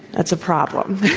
that's a problem.